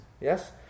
Yes